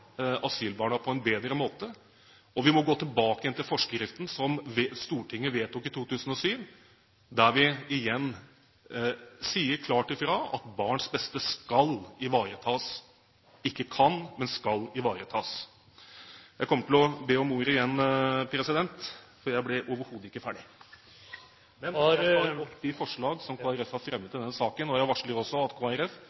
asylbarna på en bedre måte, og vi må gå tilbake til forskriften som Stortinget vedtok i 2007, der vi igjen sier klart ifra om at barns beste skal ivaretas – ikke kan, men skal ivaretas. Jeg kommer til å be om ordet igjen, for jeg ble overhodet ikke ferdig. Jeg tar opp de forslag som Kristelig Folkeparti har fremmet